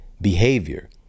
behavior